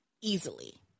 easily